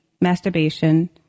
masturbation